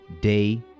Day